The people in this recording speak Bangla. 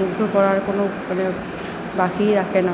মুগ্ধ করার মানে বাকিই রাখে না